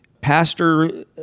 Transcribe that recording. Pastor